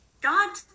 God